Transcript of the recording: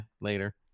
later